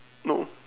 no